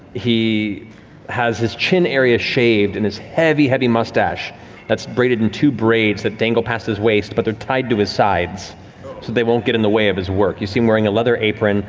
he has his chin area shaved and this heavy, heavy mustache that's braided in two braids that dangle past his waist, but they're tied to his sides so they won't get in the way of his work. you see him wearing a leather apron,